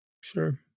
Sure